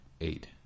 eight